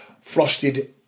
frosted